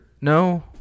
No